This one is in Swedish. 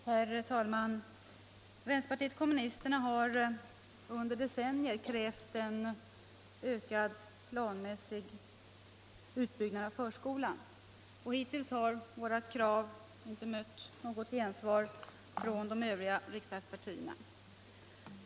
Herr talman! Vänsterpartiet kommunisterna har under decennier krävt en ökad planmässig utbyggnad av förskolan. Hittills har våra krav inte mött något gensvar från de övriga riksdagspartierna.